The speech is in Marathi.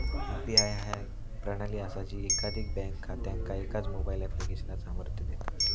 यू.पी.आय ह्या एक प्रणाली असा जी एकाधिक बँक खात्यांका एकाच मोबाईल ऍप्लिकेशनात सामर्थ्य देता